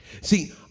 See